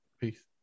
Peace